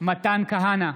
מתן כהנא,